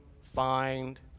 find